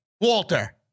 Walter